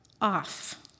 off